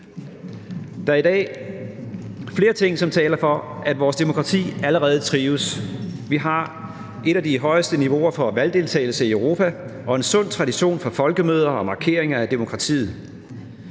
Der er i dag flere ting, som taler for, at vores demokrati allerede trives. Vi har et af de højeste niveauer for valgdeltagelse i Europa og en sund tradition for folkemøder og markeringer at demokratiet.